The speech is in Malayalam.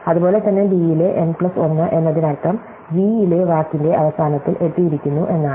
അതുപോലെ തന്നെ ബിയിലെ n പ്ലസ് 1 എന്നതിനർത്ഥം v ലെ വാക്കിന്റെ അവസാനത്തിൽ എത്തിയിരിക്കുന്നു എന്നാണ്